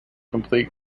complete